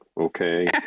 okay